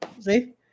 See